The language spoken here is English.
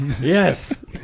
yes